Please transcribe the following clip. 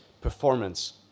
performance